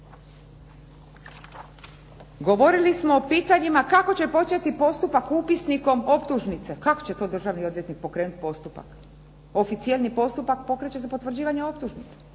Govorili smo o pitanjima kako će početi postupak upisnikom optužnice. Kako će to državni odvjetnik pokrenut postupak? Oficijelni postupak pokreće se potvrđivanjem optužnice,